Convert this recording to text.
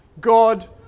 God